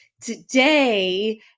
today